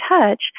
touch